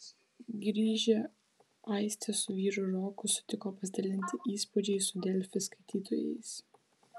grįžę aistė su vyru roku sutiko pasidalinti įspūdžiais su delfi skaitytojais